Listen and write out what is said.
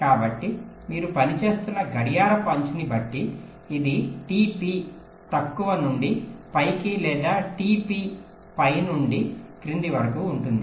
కాబట్టి మీరు పనిచేస్తున్న గడియారపు అంచుని బట్టి ఇది t p తక్కువ నుండి పైకి లేదా t p పై నుండి క్రింది వరకు ఉంటుంది